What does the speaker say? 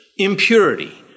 Impurity